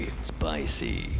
Spicy